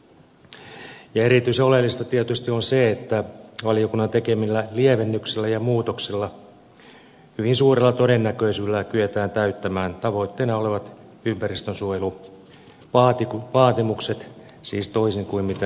ja erityisen oleellista tietysti on se että valiokunnan tekemillä lievennyksillä ja muutoksilla hyvin suurella todennäköisyydellä kyetään täyttämään tavoitteena olevat ympäristönsuojeluvaatimukset siis toisin kuin mitä ed